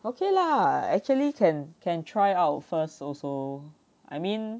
okay lah actually can can try out first also I mean